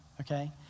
okay